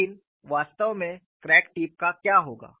लेकिन वास्तव में क्रैक टिप का क्या होगा